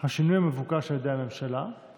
השנייה ובקריאה השלישית.